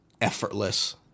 effortless